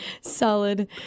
Solid